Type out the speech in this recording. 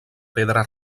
pedra